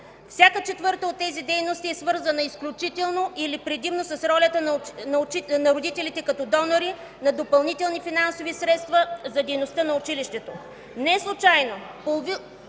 Всяка четвърта от тези дейности е свързана изключително или предимно с ролята на родителите като донори на допълнителни финансови средства за дейността на училището. Неслучайно